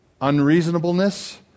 unreasonableness